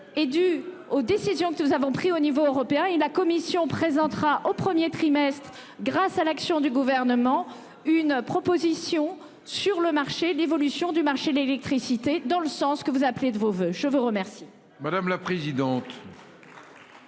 Est due aux décisions que nous avons pris au niveau européen et la Commission présentera au 1er trimestre grâce à l'action du gouvernement, une proposition sur le marché. L'évolution du marché de l'électricité dans le sens que vous appelez de vos voeux. Je veux remercier.